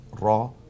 raw